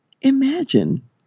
imagine